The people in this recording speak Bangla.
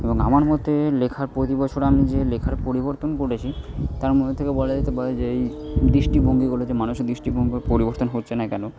এবং আমার মতে লেখার প্রতিবছরে আমি যে লেখার পরিবর্তন করেছি তার মধ্যে থেকে বলা যেতে পারে যে ওই দৃষ্টিভঙ্গিগুলোতে মানুষের দৃষ্টিভঙ্গির পরিবর্তন হচ্ছে না কেন